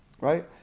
right